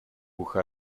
who